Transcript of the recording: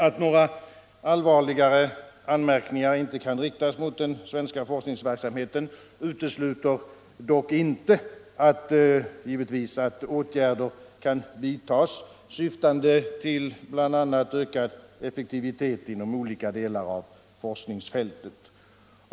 Att några allvarligare anmärkningar inte kan riktas mot den svenska forskningsverksamheten utesluter givetvis inte att åtgärder kan vidtas, syftande till bl.a. ökad effektivitet inom olika delar av forskningsfältet.